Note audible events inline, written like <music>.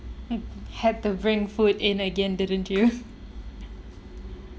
mm had to bring food in again didn't you <laughs>